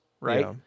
right